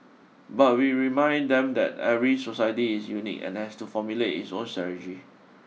but we remind them that every society is unique and has to formulate its own strategy